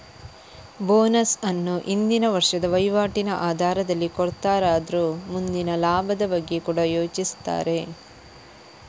bonus ಅನ್ನು ಹಿಂದಿನ ವರ್ಷದ ವೈವಾಟಿನ ಆಧಾರದಲ್ಲಿ ಕೊಡ್ತಾರಾದ್ರೂ ಮುಂದಿನ ಲಾಭದ ಬಗ್ಗೆ ಕೂಡಾ ಯೋಚಿಸ್ತಾರೆ